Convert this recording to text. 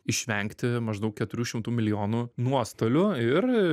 išvengti maždaug keturių šimtų milijonų nuostolių ir